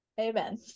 amen